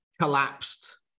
collapsed